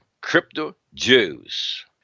Crypto-Jews